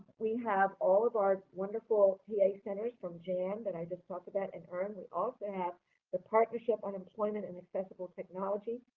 we have all of our wonderful p a. centers from jan, that i just talked about, and earn we also have the partnership on employment and accessible technology,